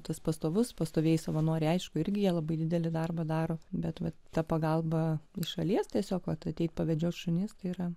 tas pastovus pastoviai savanoriai aišku irgi jie labai didelį darbą daro bet vat ta pagalba iš šalies tiesiog ateiti pavedžioti šunis tai yra